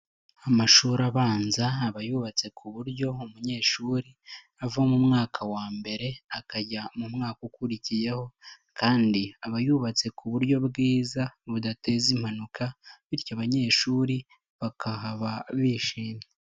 Amashuri abanza, aba yubatse ku buryo umunyeshuri ava mu mwaka wa mbere akajya mu mwaka ukurikiyeho, kandi aba yubatse ku buryo bwiza budateza impanuka, bityo abanyeshuri bakahaba bishimye.